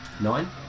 Nine